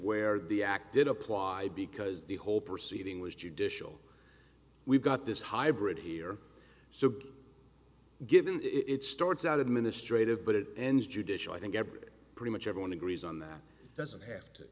where the act did apply because the whole proceeding was judicial we've got this hybrid here so given it's starts out administrative but it ends judicial i think everybody pretty much everyone agrees on that doesn't have to